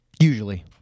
Usually